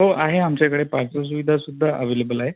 हो आहे आमच्याकडे पार्सल सुविधासुद्धा अवेलेबल आहे